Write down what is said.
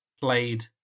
played